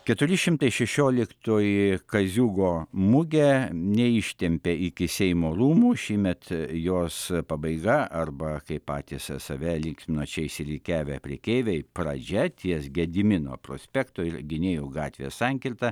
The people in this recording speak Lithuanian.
keturi šimtai šešioliktoji kaziuko mugė neištempė iki seimo rūmų šįmet jos pabaiga arba kaip patys save lyg nuo čia išsirikiavę prekeiviai pradžia ties gedimino prospekto ir gynėjų gatvės sankirta